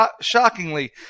Shockingly